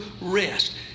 rest